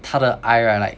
他的 eye right like